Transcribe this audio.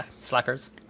Slackers